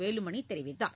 வேலுமணி தெரிவித்தார்